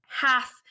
half